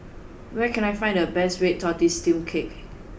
where can I find the best red tortoise steamed cake